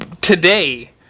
today